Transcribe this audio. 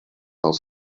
dels